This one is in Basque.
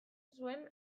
zuen